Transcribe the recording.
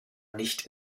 nicht